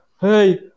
hey